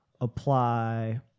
apply